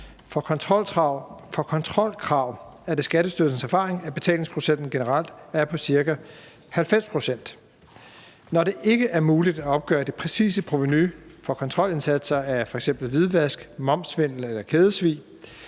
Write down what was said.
For kontrolkrav er det Skattestyrelsens erfaring, at betalingsprocenten generelt er på ca. 90 pct. Når det ikke er muligt at opgøre det præcise provenu fra kontrolindsatser af f.eks. hvidvask, momssvindel eller kædesvig,